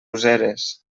useres